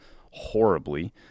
horribly